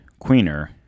Queener